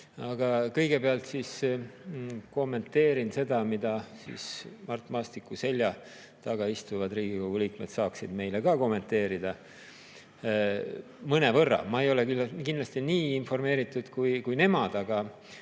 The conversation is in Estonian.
Aga kõigepealt kommenteerin seda, mida Mart Maastiku selja taga istuvad Riigikogu liikmed saaksid meile ka kommenteerida, mõnevõrra. Ma ei ole kindlasti nii informeeritud kui nemad, aga